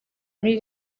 muri